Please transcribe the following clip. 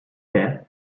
death